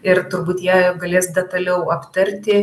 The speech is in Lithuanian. ir turbūt jie galės detaliau aptarti